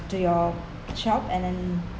to your shop and then